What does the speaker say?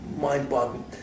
mind-boggling